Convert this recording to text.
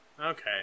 Okay